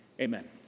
Amen